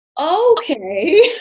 okay